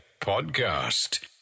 podcast